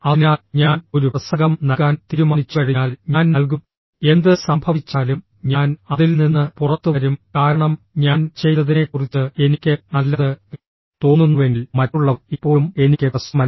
അതിനാൽ ഞാൻ ഒരു പ്രസംഗം നൽകാൻ തീരുമാനിച്ചുകഴിഞ്ഞാൽ ഞാൻ നൽകും എന്ത് സംഭവിച്ചാലും ഞാൻ അതിൽ നിന്ന് പുറത്തുവരും കാരണം ഞാൻ ചെയ്തതിനെക്കുറിച്ച് എനിക്ക് നല്ലത് തോന്നുന്നുവെങ്കിൽ മറ്റുള്ളവർ ഇപ്പോഴും എനിക്ക് പ്രശ്നമല്ല